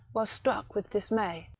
was struck with dismay.